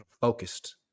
Focused